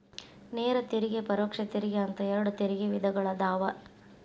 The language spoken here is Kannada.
ನೇರ ತೆರಿಗೆ ಪರೋಕ್ಷ ತೆರಿಗೆ ಅಂತ ಎರಡ್ ತೆರಿಗೆ ವಿಧಗಳದಾವ